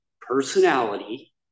personality